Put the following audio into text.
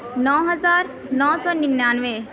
نو ہزار نو سو نِنانوے